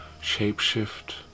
shape-shift